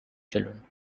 children